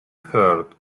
thirds